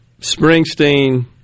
Springsteen